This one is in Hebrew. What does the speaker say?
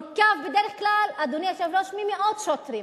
שבדרך כלל מורכב ממאות שוטרים.